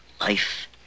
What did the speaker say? life